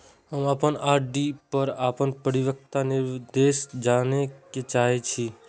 हम अपन आर.डी पर अपन परिपक्वता निर्देश जाने के चाहि छी